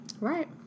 Right